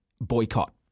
boycott